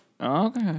Okay